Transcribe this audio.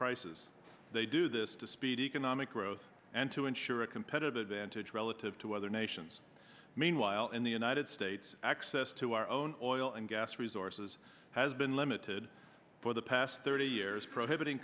prices they do this to speed economic growth and to ensure a competitive advantage relative to other nations meanwhile in the united states access to our own oil and gas resources has been limited for the past thirty years prohibiting